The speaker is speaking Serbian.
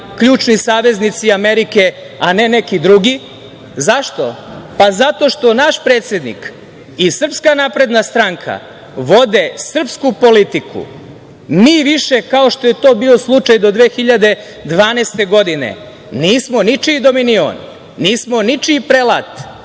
ključni saveznici Amerike, a ne neki drugi.Zašto? Pa zato što naš predsednik i SNS vode srpsku politiku. Mi više, kao što je to bio slučaj do 2012. godine nismo ničiji dominion, nismo ničiji prelat